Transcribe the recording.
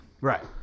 Right